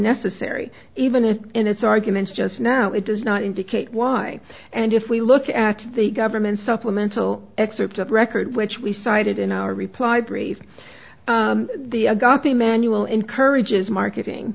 necessary even if in its arguments just now it does not indicate why and if we look at the government's supplemental excerpts of record which we cited in our reply brief the i got the manual encourages marketing